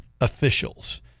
officials